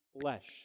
flesh